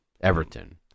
Everton